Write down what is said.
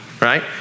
Right